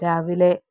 രാവിലെ